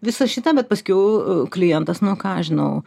visą šitą bet paskiau klientas nu ką aš žinau